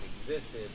existed